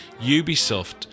Ubisoft